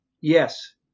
yes